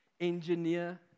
Engineer